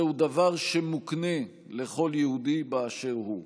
זהו דבר שמוקנה לכל יהודי באשר הוא.